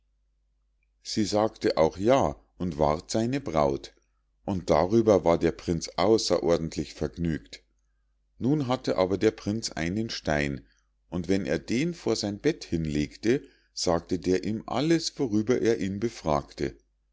sie sagte auch ja und ward seine braut und darüber war der prinz außerordentlich vergnügt nun hatte aber der prinz einen stein und wenn er den vor sein bett hinlegte sagte der ihm alles worüber er ihn befragte